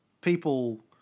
People